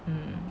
mm